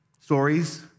stories